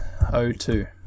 O2